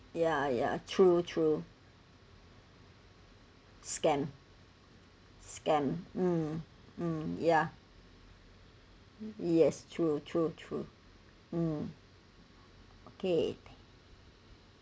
ya ya true true scam scam mm mm ya yes true true true okay